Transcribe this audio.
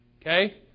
Okay